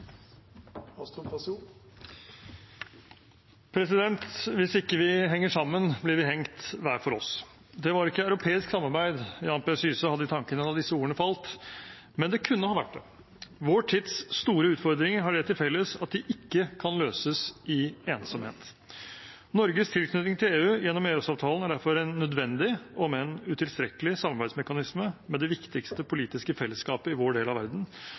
Hvis ikke vi henger sammen, blir vi hengt hver for oss. Det var ikke europeisk samarbeid Jan P. Syse hadde i tankene da disse ordene falt, men det kunne ha vært det. Vår tids store utfordringer har det til felles at de ikke kan løses i ensomhet. Norges tilknytning til EU gjennom EØS-avtalen er derfor en nødvendig om enn utilstrekkelig samarbeidsmekanisme med det viktigste politiske fellesskapet i vår del av verden